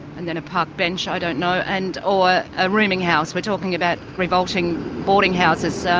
and then a park bench, i don't know, and or a rooming-house we're talking about revolting boarding-houses. so